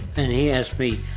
and he asked me,